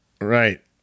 Right